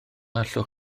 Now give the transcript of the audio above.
allwch